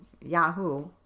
yahoo